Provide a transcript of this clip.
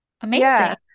Amazing